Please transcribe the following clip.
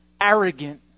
arrogant